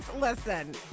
listen